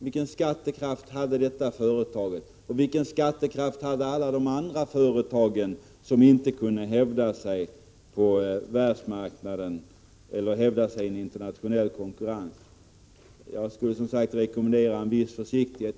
Vilken skattekraft hade detta företag, och vilken skattekraft hade alla de andra företag som inte kunde hävda sig på världsmarknaden i internationell konkurrens? Jag skulle som sagt vilja rekommendera en viss försiktighet.